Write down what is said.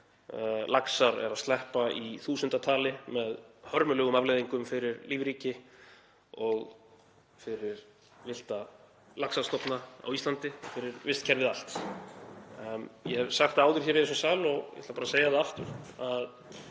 þar sem laxar sleppa í þúsundatali með hörmulegum afleiðingum fyrir lífríki og fyrir villta laxastofna á Íslandi, fyrir vistkerfið allt. Ég hef sagt það áður hér í þessum sal, og ég ætla bara að segja það aftur, að